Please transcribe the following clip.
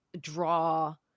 draw